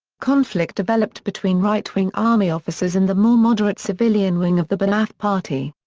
conflict developed between right-wing army officers and the more moderate civilian wing of the ba'ath party.